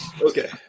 Okay